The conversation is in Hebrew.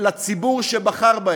לציבור שבחר בהם.